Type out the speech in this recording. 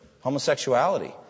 Homosexuality